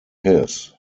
his